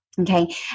Okay